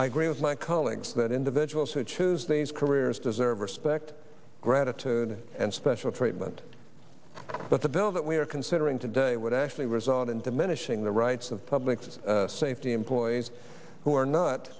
i agree with my colleagues that individuals who choose these careers deserve respect gratitude and special treatment but the bill that we are considering today would actually result in diminishing the rights of public safety employees who are not